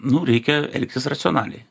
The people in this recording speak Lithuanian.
nu reikia elgtis racionaliai